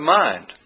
mind